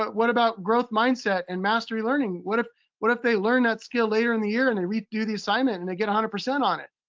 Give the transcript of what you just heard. but what about growth mindset and mastery learning? what if what if they learn that skill later in the year and they redo the assignment and they get one hundred percent on it?